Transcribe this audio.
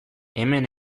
hemen